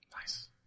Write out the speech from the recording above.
Nice